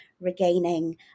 regaining